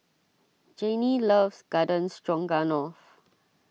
Janey loves Garden Stroganoff